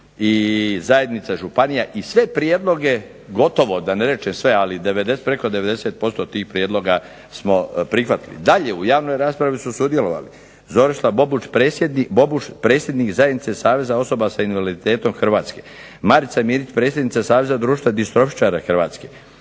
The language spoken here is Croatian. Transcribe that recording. i zajednica županija. I sve prijedloge gotovo da ne rečem sve, ali preko 90% tih prijedloga smo prihvatili. Dalje u javnoj raspravi su sudjelovali Zorislav Bobuš, predsjednik Zajednice saveza osoba sa invaliditetom Hrvatske. Marica Mirić, predsjednica Saveza društva distrofičara Hrvatska.